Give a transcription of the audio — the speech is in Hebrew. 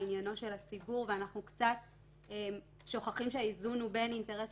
היא עניינו של הציבור ואנחנו שוכחים שהאיזון הוא בין האינטרס